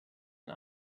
and